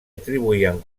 atribuïen